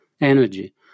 energy